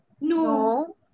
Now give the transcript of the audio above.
no